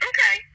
Okay